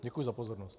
Děkuji za pozornost.